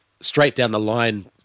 straight-down-the-line